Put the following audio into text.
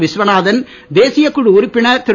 விஸ்வநாதன் தேசிய குழு உறுப்பினர் திரு